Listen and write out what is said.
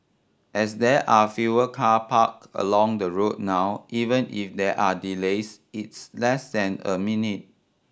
as there are fewer car park along the road now even if there are delays it's less than a minute